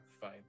fine